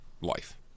life